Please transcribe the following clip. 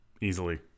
Easily